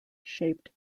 shaped